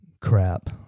crap